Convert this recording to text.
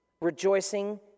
Rejoicing